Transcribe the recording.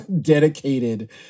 dedicated